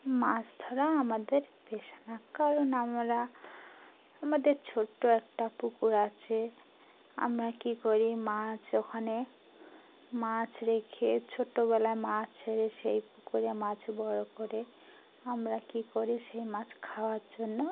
মাছ ধরা আমাদের পেশা না কারণ আমরা আমাদের ছোট্টো একটা পুকুর আছে আমরা কী করি মাছ ওখানে মাছ রেখে ছোটোবেলায় মাছ ছেড়ে সেই পুকুরে মাছ বড়ো করে আমরা কী করি সেই মাছ খাওয়ার জন্য